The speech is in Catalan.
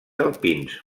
alpins